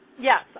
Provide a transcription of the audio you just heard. Yes